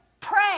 pray